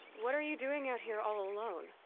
what are you doing out here all alone?